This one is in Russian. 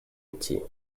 идти